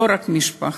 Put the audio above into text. לא רק משפחה,